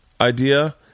idea